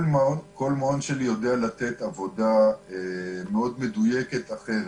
כל מעון שלי יודע לתת עבודה מדויקת אחרת.